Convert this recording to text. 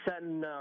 setting